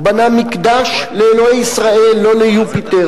הוא בנה מקדש לאלוהי ישראל, לא ליופיטר,